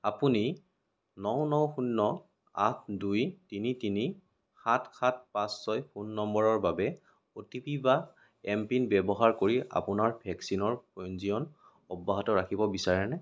আপুনি ন ন শূন্য আঠ দুই তিনি তিনি সাত সাত পাঁচ ছয় ফোন নম্বৰৰ বাবে অ' টি পি বা এম পিন ব্যৱহাৰ কৰি আপোনাৰ ভেকচিনৰ পঞ্জীয়ন অব্যাহত ৰাখিব বিচাৰেনে